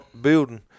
building